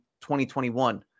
2021